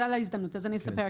ההזדמנות, אני אספר.